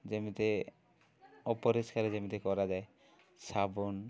ଯେମିତି ଅପରିଷ୍କାର ଯେମିତି କରାଯାଏ ସାବୁନ୍